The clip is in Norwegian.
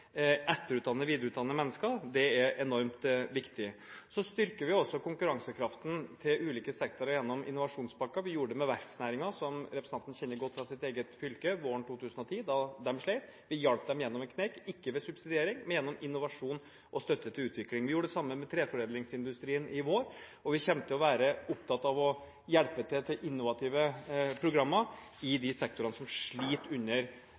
videreutdanne mennesker, er enormt viktig. Vi styrker også konkurransekraften til ulike sektorer gjennom innovasjonspakken. Vi gjorde det med verftsnæringen – som representanten kjenner godt fra sitt eget fylke – våren 2010, da de slet. Vi hjalp dem over en kneik, ikke ved subsidiering, men gjennom innovasjon og støtte til utvikling. Vi gjorde det samme med treforedlingsindustrien i vår, og vi kommer til å være opptatt av å hjelpe til med innovative programmer i de sektorene som sliter under